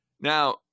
Now